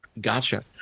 gotcha